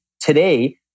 today